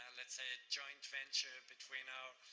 let's say, a joint venture between our